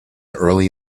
early